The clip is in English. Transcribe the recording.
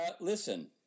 Listen